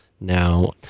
now